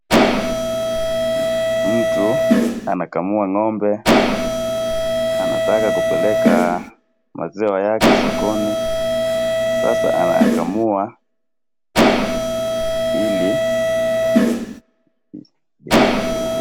Mtu anakamua ng'ombe anataka kupeleka maziwa yake sokoni, sasa anayakamua ili